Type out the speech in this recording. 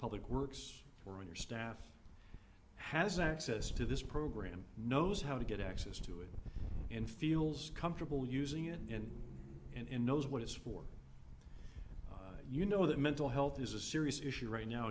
public works or on your staff has access to this program knows how to get access to it and feels comfortable using it and in knows what it's for you know that mental health is a serious issue right now